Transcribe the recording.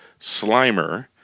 Slimer